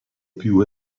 più